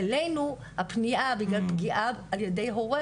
אלינו הפגיעה בגלל פגיעה על ידי הורה,